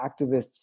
activists